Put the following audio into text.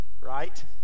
right